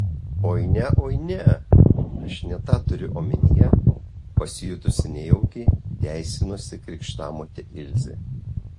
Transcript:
oi ne oi ne aš ne tą turiu omenyje pasijutusi nejaukiai teisinosi krikštamotė ilzė